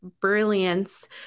brilliance